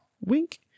wink